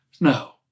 No